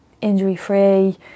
injury-free